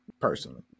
Personally